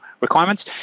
requirements